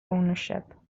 ownership